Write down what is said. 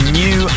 new